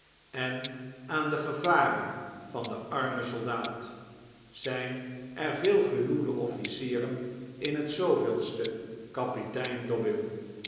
en aan de gevaren van den armen soldaat zijn er veel gehuwde officieren in het ste kapitein